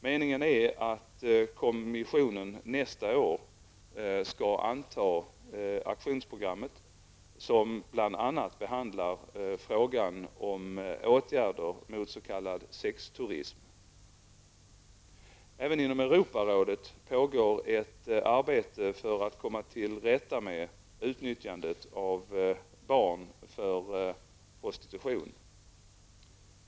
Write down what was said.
Meningen är att kommissionen nästa år skall anta aktionsprogrammet, som bl.a. behandlar frågan om åtgärder mot s.k. sexturism. Även inom Europarådet pågår ett arbete för att komma till rätta med utnyttjandet av barn för prostitution.